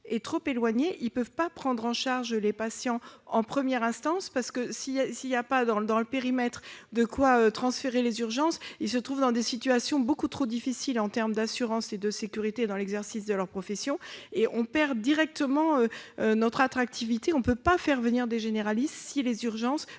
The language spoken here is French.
est trop éloigné, ils ne peuvent pas prendre en charge les patients en première instance. Si l'on ne peut pas transférer le service des urgences dans leur périmètre d'activité, ils se trouvent dans des situations beaucoup trop difficiles en termes d'assurances et de sécurité dans l'exercice de leur profession, et on perd directement notre attractivité. On ne peut donc pas faire venir des généralistes si les urgences